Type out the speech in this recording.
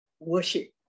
Worship